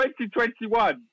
2021